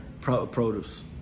produce